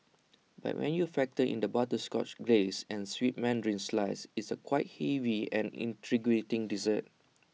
but when you factor in the butterscotch glace and sweet Mandarin slices it's quite A heavy and intriguing dessert